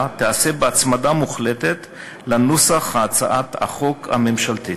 תיעשה בהצמדה מוחלטת לנוסח הצעת החוק הממשלתית.